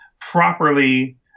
properly